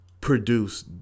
produce